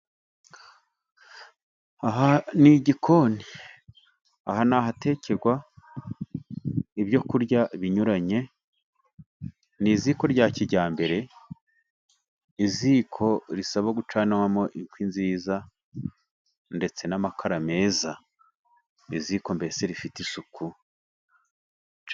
Aha n'igikoni aha nahatekegwa ibyokurya binyuranye, niziko rya kijyambere, iziko risaba gucanamo ikwi nziza ndetse n'amakara meza n'iziko mbese rifite isuku.